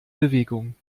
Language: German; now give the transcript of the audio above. bewegung